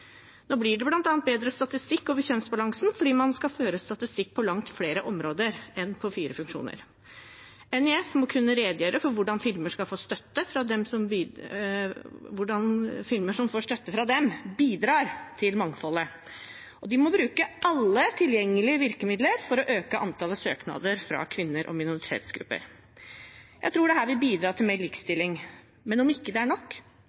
Nå blir det bl.a. bedre statistikk over kjønnsbalansen, fordi man skal føre statistikk på langt flere områder enn over fire funksjoner. NIF må kunne redegjøre for hvordan filmer som får støtte fra dem, bidrar til mangfoldet, og de må bruke alle tilgjengelige virkemidler for å øke antallet søknader fra kvinner og minoritetsgrupper. Jeg tror dette vil bidra til mer likestilling, men om det ikke er nok,